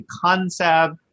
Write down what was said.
concept